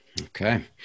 Okay